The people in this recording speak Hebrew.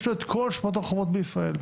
יש לו את כל שמות הרחובות בישראל,